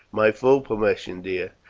my full permission, dear.